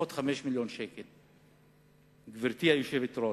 גברתי היושבת-ראש,